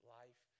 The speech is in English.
life